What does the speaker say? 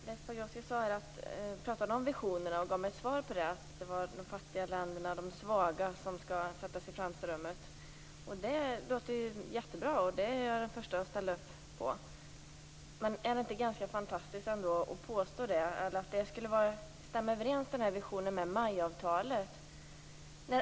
Herr talman! Leif Pagrotsky pratade om visioner och gav mig svaret att det var de svaga och fattiga länderna som skulle sättas i främsta rummet. Det låter ju jättebra, och det är jag den första att ställa upp på. Men är det inte ganska fantastiskt att påstå att den visionen skulle stämma överens med MAI-avtalet?